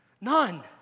None